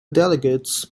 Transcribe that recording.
delegates